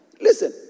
Listen